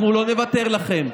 אנחנו לא נוותר לכם.